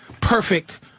perfect